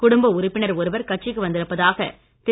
குடும்ப உறுப்பினர் ஒருவர் கட்சிக்கு வந்திருப்பதாக திரு